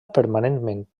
permanentment